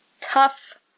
Tough